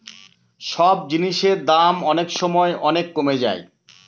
সব জিনিসের দাম অনেক সময় অনেক কমে যায়